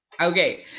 Okay